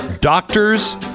doctors